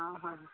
অ হয় হয়